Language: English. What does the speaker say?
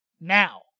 Now